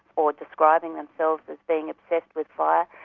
or describing themselves as being obsessed with fire.